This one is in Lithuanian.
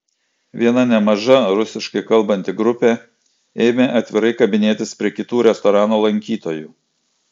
viena nemaža rusiškai kalbanti grupė ėmė atvirai kabinėtis prie kitų restorano lankytojų